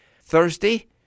Thursday